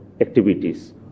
activities